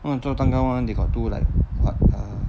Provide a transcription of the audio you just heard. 他们做蛋糕 [one] they got do like [what] ah